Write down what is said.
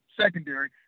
secondary